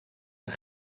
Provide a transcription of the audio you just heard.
een